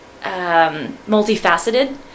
multifaceted